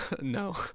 no